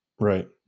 Right